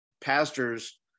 pastors